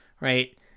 right